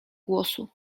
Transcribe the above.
głosu